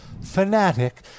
fanatic